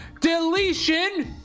deletion